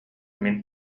мин